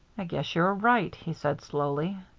i guess you are right, he said slowly.